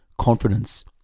confidence